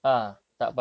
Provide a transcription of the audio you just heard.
you wasn't